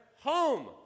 home